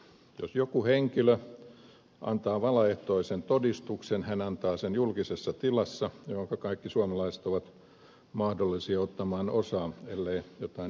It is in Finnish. jos joku henkilö antaa valaehtoisen todistuksen hän antaa sen julkisessa tilassa jolloinka kaikki suomalaiset ovat mahdollisia ottamaan osaa ellei jotain erityistä tapahdu